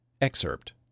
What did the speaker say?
Excerpt